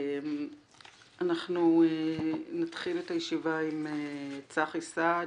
אנחנו נתחיל את הישיבה עם צחי סעד,